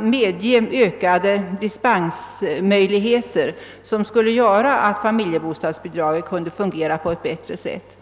medge ökade dispensmöjligheter, som gör att bidraget fungerar på ett bättre sätt.